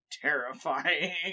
terrifying